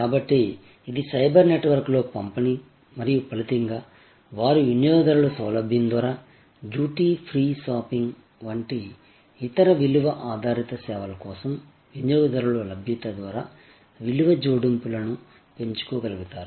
కాబట్టి ఇది సైబర్ నెట్వర్క్లో పంపిణీ మరియు ఫలితంగా వారు వినియోగదారుల సౌలభ్యం ద్వారా డ్యూటీ ఫ్రీ షాపింగ్ వంటి ఇతర విలువ ఆధారిత సేవల కోసం వినియోగదారుల లభ్యత ద్వారా విలువ జోడింపులను పెంచుకోగలుగుతారు